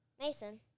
Mason